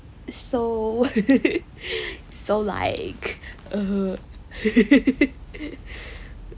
so so like